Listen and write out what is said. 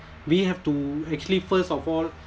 we have to actually first of all